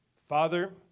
Father